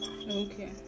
Okay